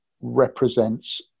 represents